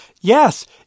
yes